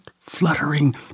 fluttering